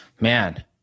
Man